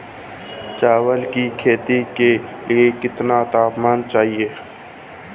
चावल की खेती के लिए कितना तापमान चाहिए?